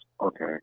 Okay